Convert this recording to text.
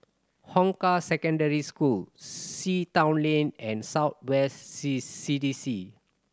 Hong Kah Secondary School Sea Town Lane and South West C C D C